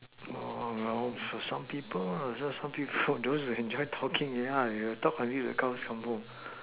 some people just some people those that enjoy talking yeah they talk until the cows come home